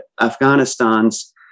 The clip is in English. Afghanistan's